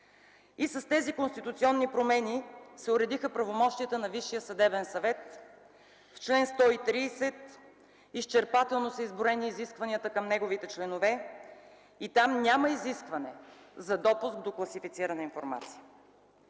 и с тези конституционни промени се уредиха правомощията на Висшия съдебен съвет. В чл. 130 изчерпателно са изброени изискванията към неговите членове и там няма изискване за допуск до класифицирана информация.